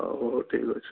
ହଉ ହଉ ଠିକ୍ ଅଛି